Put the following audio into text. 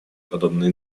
подобные